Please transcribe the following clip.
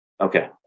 Okay